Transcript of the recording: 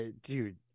dude